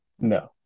No